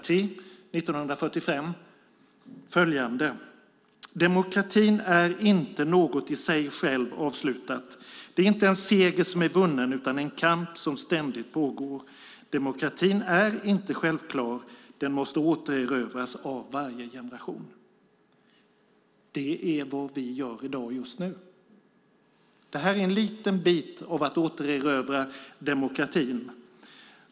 , utgiven 1945, följande: Demokratin är inte något i sig själv avslutat. Det är inte en seger som är vunnen, utan en kamp som ständigt pågår. Demokratin är inte självklar. Den måste återerövras av varje generation. Det är vad vi gör i dag, just nu. Det här är en liten bit av att återerövra demokratin.